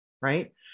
Right